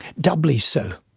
doubly so.